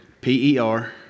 P-E-R